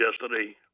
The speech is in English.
yesterday